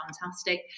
fantastic